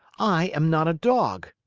i am not a dog!